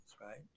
right